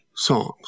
Songs